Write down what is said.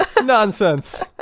Nonsense